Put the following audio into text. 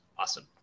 Awesome